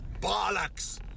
bollocks